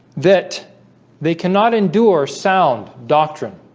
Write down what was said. that they cannot endure sound doctrine